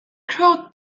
crow